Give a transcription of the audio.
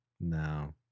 No